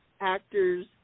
actors